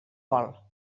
vol